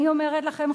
אני אומרת לכם,